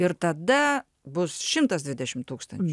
ir tada bus šimtas dvidešim tūkstančių